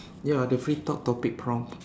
ya the free talk topic prompt